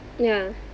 yeah